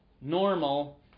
normal